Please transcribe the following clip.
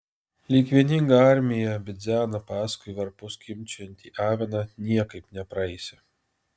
lyg vieninga armija bidzena paskui varpu skimbčiojantį aviną niekaip nepraeisi